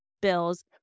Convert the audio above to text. bills